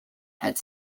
had